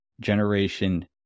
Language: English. generation